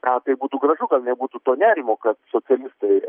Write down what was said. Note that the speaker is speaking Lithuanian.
gal tai būtų gražu kad nebūtų to nerimo kad socialistai